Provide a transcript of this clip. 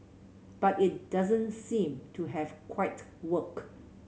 but it doesn't seem to have quite worked